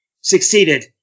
succeeded